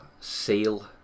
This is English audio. Seal